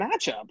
matchup